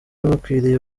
bakwiriye